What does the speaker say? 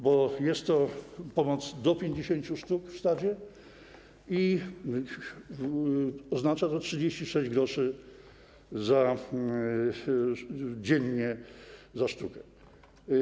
Bo jest to pomoc do 50 sztuk w stadzie i oznacza to 36 gr dziennie za sztukę.